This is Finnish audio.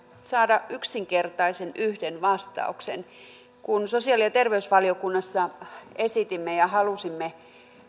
saada yhden yksinkertaisen vastauksen sosiaali ja terveysvaliokunnassa esitimme ja halusimme